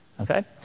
okay